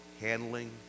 handling